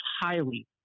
highly